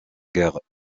guerres